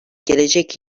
gelecek